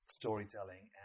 storytelling